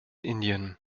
indien